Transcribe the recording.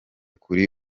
kuri